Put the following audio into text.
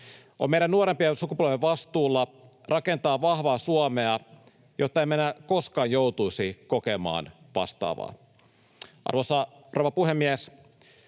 On meidän nuorempien sukupolvien vastuulla rakentaa vahvaa Suomea, jotta emme enää koskaan joutuisi kokemaan vastaavaa. Arvoisa rouva puhemies!